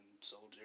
soldier